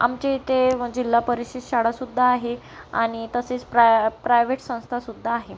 आमच्याइथे जिल्हा परिषद शाळासुद्धा आहे आणि तसेच प्रा प्रायवेट संस्थासुद्धा आहे